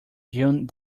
june